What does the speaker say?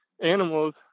animals